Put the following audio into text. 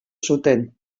zuten